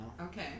Okay